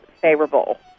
favorable